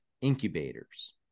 incubators